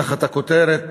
תחת הכותרת